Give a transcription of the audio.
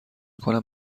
کنم